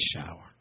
shower